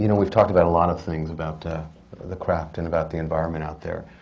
you know we've talked about a lot of things, about ah the craft and about the environment out there.